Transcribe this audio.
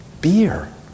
beer